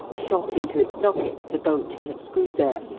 shot into its socket the bolt he had screwed there,